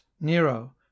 nero